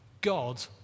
God